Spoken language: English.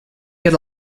get